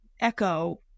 echo